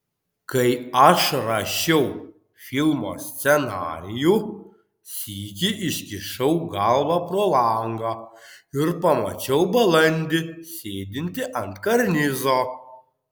kai aš rašiau filmo scenarijų sykį iškišau galvą pro langą ir pamačiau balandį sėdintį ant karnizo